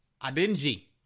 Adenji